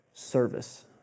Service